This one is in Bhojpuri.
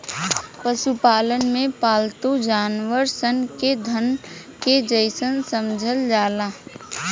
पशुपालन में पालतू जानवर सन के धन के जइसन समझल जाला